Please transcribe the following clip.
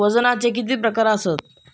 वजनाचे किती प्रकार आसत?